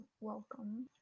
welcome